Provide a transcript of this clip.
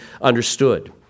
understood